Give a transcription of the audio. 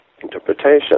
interpretation